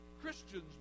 Christians